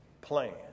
plan